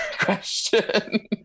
question